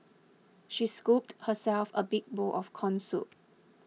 she scooped herself a big bowl of Corn Soup